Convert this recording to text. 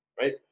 Right